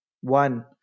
One